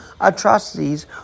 atrocities